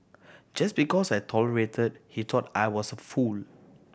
just because I tolerated he thought I was fool